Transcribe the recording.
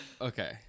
okay